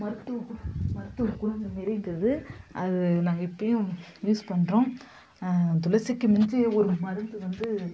மருத்துவ குணம் மருத்துவ குணங்கள் நிறைந்தது அது நாங்கள் இப்போயும் யூஸ் பண்ணுறோம் துளசிக்கு மிஞ்சிய ஒரு மருந்து வந்து